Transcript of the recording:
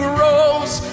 rose